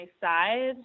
side